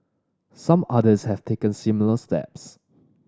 some others have taken similar steps